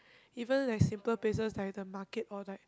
even like simple places like the market or like